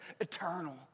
eternal